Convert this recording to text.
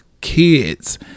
kids